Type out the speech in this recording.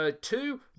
Two